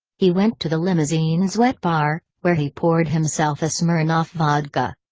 he went to the limousine's wet bar, where he poured himself a smirnoff vodka.